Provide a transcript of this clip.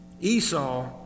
Esau